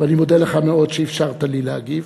ואני מודה לך מאוד על שאפשרת לי להגיב,